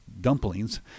dumplings